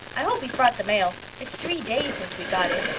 i hope he's brought the mail. it's three days since we got it.